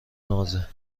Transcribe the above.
نازه